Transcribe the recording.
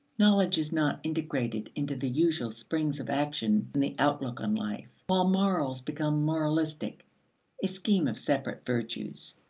knowledge is not integrated into the usual springs of action and the outlook on life, while morals become moralistic a scheme of separate virtues.